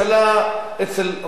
אצל ראש הממשלה,